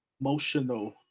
emotional